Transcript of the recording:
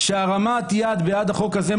שהרמת יד בעד החוק הזה,